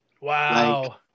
wow